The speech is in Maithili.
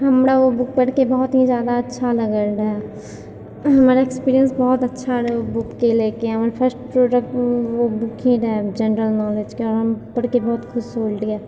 हमरा ओ बुक पढ़िके बहुत ही जादा अच्छा लागल रहऽ हमरा एक्सपीरियंस बहुत अच्छा रहऽ बुकके लेके हमर फर्स्ट प्रोडक्ट बुक ही रहऽ जनरल नॉलेजके आओर हम पढ़के बहुत खुश होल रहियै